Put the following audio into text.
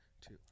two